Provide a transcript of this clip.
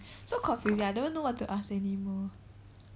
so confusing I don't even know what to ask anymore